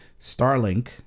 Starlink